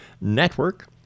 Network